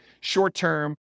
short-term